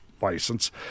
license